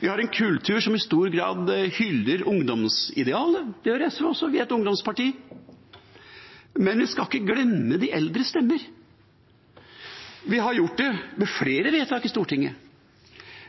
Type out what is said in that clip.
Vi har en kultur som i stor grad hyller ungdomsidealet. Det gjør SV også, vi er et ungdomsparti. Men vi skal ikke glemme de eldres stemmer. Vi har gjort det ved flere vedtak i Stortinget.